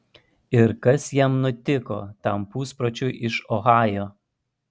ir kas jam nutiko tam puspročiui iš ohajo